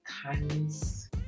Kindness